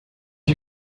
you